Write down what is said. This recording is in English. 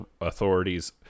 authorities